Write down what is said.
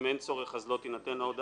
אם אין צורך, אז לא תינתן ההודעה.